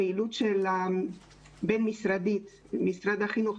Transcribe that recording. הפעילות הבין-משרדית של משרד החינוך,